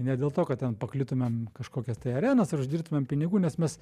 ne dėl to kad ten pakliūtumėm kažkokias tai arenas ar uždirbtumėm pinigų nes mes